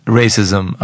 racism